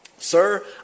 Sir